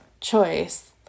choice